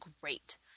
great